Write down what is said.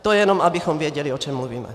To jenom abychom věděli, o čem mluvíme.